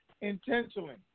intentionally